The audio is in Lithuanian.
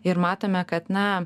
ir matome kad na